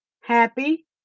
happy